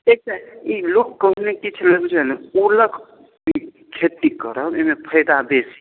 एक टा ई लोक कहने की छलै बुझलिए ओलक खेती करब एहिमे फायदा बेसी